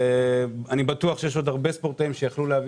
אני בטוח שיש עוד הרבה ספורטאים שיכלו להביא